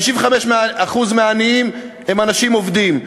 55% מהעניים הם אנשים עובדים.